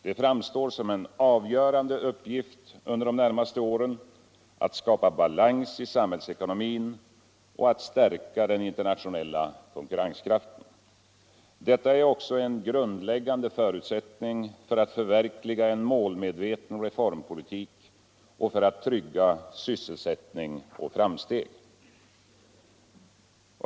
Det framstår som en avgörunde uppgift under de närmaste åren att skapa balans i samhällsekonomin och att stärka den internationella konkurrenskraften. Detta är också en grundläggande förutsättning för att förverkhliga en målmedveten retormpolitik och för att trygga sysselsättning och framsteg.